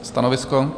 Stanovisko?